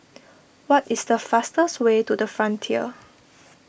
what is the fastest way to the Frontier